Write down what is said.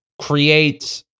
creates